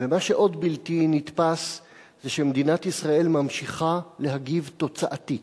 מה שעוד בלתי נתפס זה שמדינת ישראל ממשיכה להגיב תוצאתית,